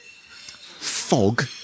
fog